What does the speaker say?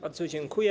Bardzo dziękuję.